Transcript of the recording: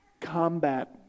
combat